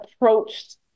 approached